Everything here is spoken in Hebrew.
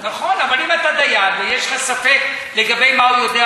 אבל אם אתה דיין ויש לך ספק לגבי מה הוא יודע,